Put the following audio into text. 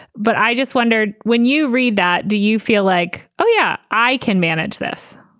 but i just wondered when you read that. do you feel like, oh, yeah, i can manage this?